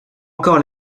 encore